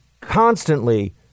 constantly